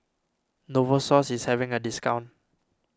Novosource is having a discount